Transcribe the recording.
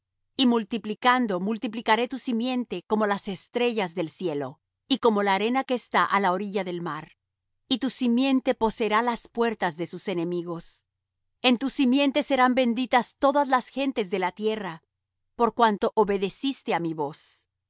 y multiplicando multiplicaré tu simiente como las estrellas del cielo y como la arena que está á la orilla del mar y tu simiente poseerá las puertas de sus enemigos en tu simiente serán benditas todas las gentes de la tierra por cuanto obedeciste á mi voz